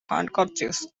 handkerchiefs